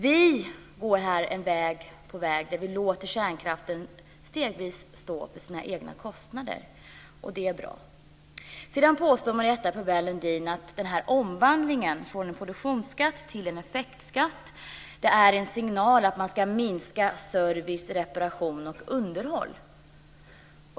Vi går här en väg där vi låter kärnkraften stegvis stå för sina egna kostnader, och det är bra. Sedan påstår Marietta de Pourbaix-Lundin att omvandlingen från en produktionsskatt till en effektskatt är en signal att man ska minska service, reparation och underhåll.